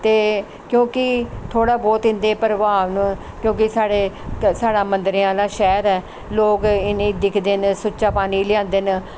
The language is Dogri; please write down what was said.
ते क्योंकि थोह्ड़ा बौह्त इं'दे प्रभाव न क्योंकि साढ़े साढ़ा मन्दरें आह्ला शैह्र ऐ लोक इ'नेंगी दिखदे न सुच्चा पानी लेआंदे न